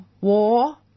war